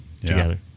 together